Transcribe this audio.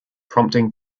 prompting